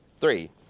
Three